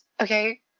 okay